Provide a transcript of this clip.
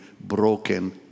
broken